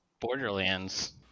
Borderlands